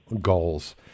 goals